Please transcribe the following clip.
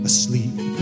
Asleep